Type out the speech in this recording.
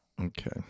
Okay